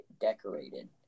decorated